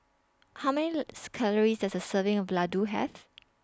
How Many Calories Does A Serving of Laddu Have